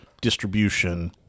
distribution